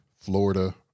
Florida